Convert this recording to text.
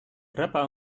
berapa